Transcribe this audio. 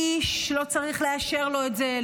איש שלא צריך לאשר לו את זה,